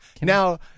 Now